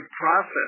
process